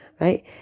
right